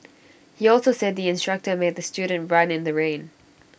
he also said the instructor made the student run in the rain